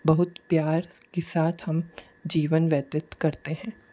बहुत प्यार के साथ हम जीवन व्यतीत करते हैं